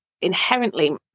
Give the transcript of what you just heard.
inherently